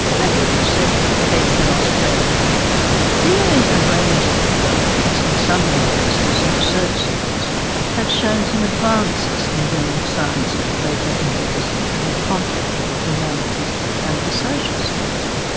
let me present the case in australia. clearly a range of developments in some universities and research centres have shown some advances in bringing science into greater interdisciplinary contact with the humanities and the social sciences.